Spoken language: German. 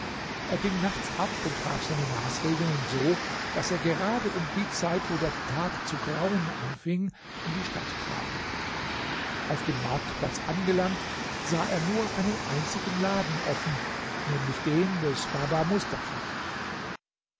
er ging nachts ab und traf seine maßregeln so daß er gerade um die zeit wo der tag zu grauen anfing in die stadt kam auf dem marktplatz angelangt sah er nur einen einzigen laden offen nämlich den des baba mustafa